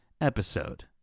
episode